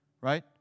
right